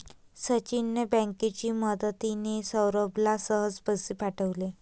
सचिनने बँकेची मदतिने, सौरभला सहज पैसे पाठवले